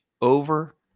over –